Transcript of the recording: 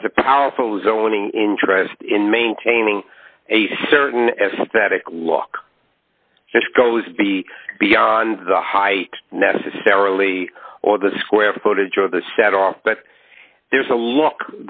has a powerful zoning interest in maintaining a certain aesthetic look this goes be beyond the height necessarily or the square footage of the set off but there's a look